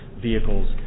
vehicles